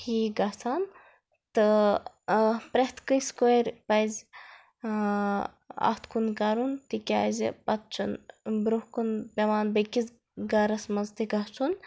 ٹھیٖک گَژھان تہٕ پرٛیتھ کٲنٛسہِ کورِ پَزِ اتھ کُن کَرُن تِکیازِ پَتہٕ چھُنہٕ برٛونٛہہ کُن پیٚوان بیٚکِس گَرس منٛز تہِ گَژھُن